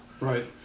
Right